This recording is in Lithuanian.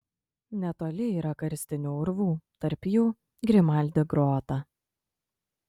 netoli yra karstinių urvų tarp jų grimaldi grota